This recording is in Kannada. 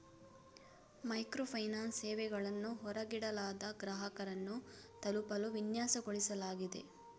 ಮೈಕ್ರೋ ಫೈನಾನ್ಸ್ ಸೇವೆಗಳನ್ನು ಹೊರಗಿಡಲಾದ ಗ್ರಾಹಕರನ್ನು ತಲುಪಲು ವಿನ್ಯಾಸಗೊಳಿಸಲಾಗಿದೆ